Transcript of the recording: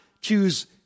choose